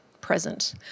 present